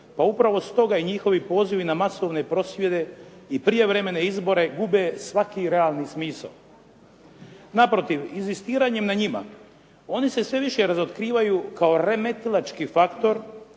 Pa upravo stoga i njihovi pozivi na masovne prosvjede i prijevremene izbore gube svaki realni smisao. Naprotiv, inzistiranjem na njima oni se sve više razotkrivaju kao remetilački faktor